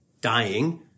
dying